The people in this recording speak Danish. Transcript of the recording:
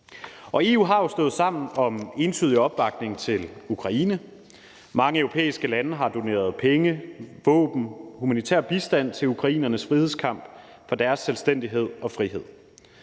EU har jo stået sammen om entydig opbakning til Ukraine. Mange europæiske lande har doneret penge, våben og humanitær bistand til ukrainernes frihedskamp for deres selvstændighed og frihed.